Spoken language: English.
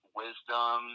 wisdom